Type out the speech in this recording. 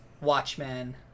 Watchmen